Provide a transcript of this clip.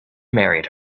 married